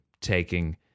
taking